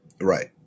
right